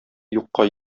юкка